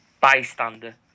bystander